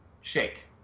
shake